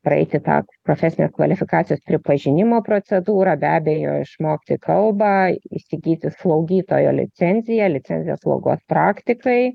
praeiti tą profesinės kvalifikacijos pripažinimo procedūrą be abejo išmokti kalbą įsigyti slaugytojo licenciją licencijos slaugos praktikai